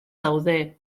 daude